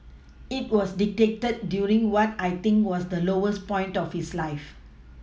it was dictated during what I think was the lowest point of his life